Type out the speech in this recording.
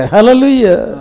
Hallelujah